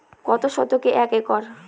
কত শতকে এক একর?